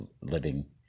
living